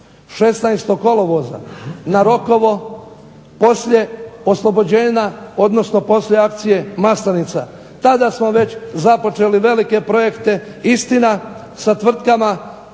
16. kolovoza na Rokovo, poslije oslobođenja odnosno poslije Akcije "Maslenica". Tada smo već započeli velike projekte, istina sa tvrtkama